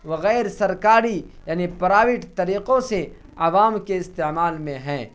و غیر سرکاری یعنی پرائیوٹ طریقوں سے عوام کے استعمال میں ہیں